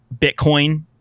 Bitcoin